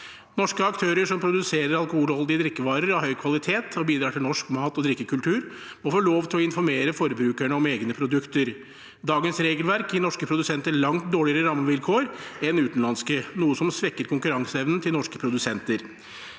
Norske aktører som produserer alkoholholdige drikkevarer av høy kvalitet og bidrar til norsk mat- og drikkekultur, må få lov til å informere forbrukerne om egne produkter. Dagens regelverk gir norske produsenter langt dårligere rammevilkår enn utenlandske, noe som svekker konkurranseevnen til norske produsenter.